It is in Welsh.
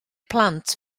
plant